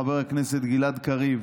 לחבר הכנסת גלעד קריב,